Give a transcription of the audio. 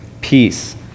peace